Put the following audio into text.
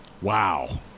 Wow